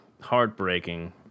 heartbreaking